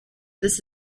this